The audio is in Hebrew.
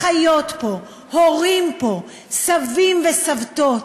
אחיות פה, הורים פה, סבים וסבתות.